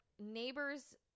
Neighbors